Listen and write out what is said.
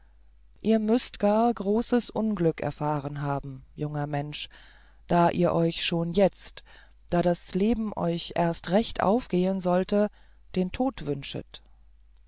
ihr müßt gar großes unglück erfahren haben junger mensch daß ihr euch schon jetzt da das leben euch erst recht aufgehen sollte den tod wünschet